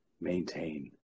maintain